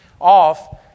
off